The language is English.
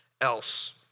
else